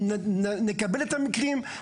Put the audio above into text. נקבל את המקרים,